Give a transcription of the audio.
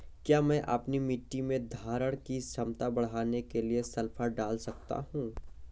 क्या मैं अपनी मिट्टी में धारण की मात्रा बढ़ाने के लिए सल्फर डाल सकता हूँ?